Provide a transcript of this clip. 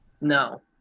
No